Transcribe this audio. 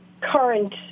current